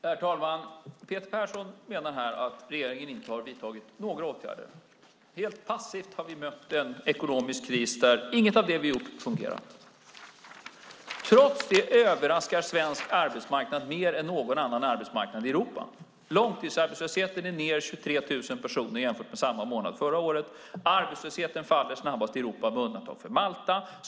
Herr talman! Peter Persson menar att regeringen inte har vidtagit några åtgärder. Helt passivt har vi mött en ekonomisk kris där inget av det vi har gjort har fungerat. Trots det överraskar svensk arbetsmarknad mer än någon annan arbetsmarknad i Europa. Långtidsarbetslösheten har gått ned med 23 000 personer jämfört med samma månad förra året. Arbetslösheten faller snabbast i Europa, med undantag för Malta.